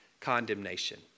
condemnation